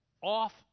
off